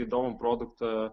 įdomų produktą